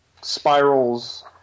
spirals